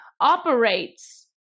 operates